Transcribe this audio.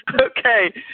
Okay